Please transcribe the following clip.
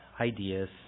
ideas